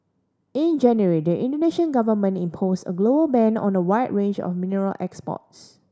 in January the Indonesian Government imposed a global ban on a wide range of mineral exports